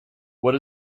what